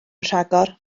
rhagor